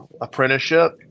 apprenticeship